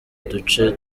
duce